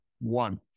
One